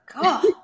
God